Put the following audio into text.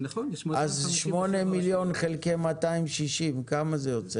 אז שמונה מיליון חלקי מאתיים שישים, כמה זה יוצא?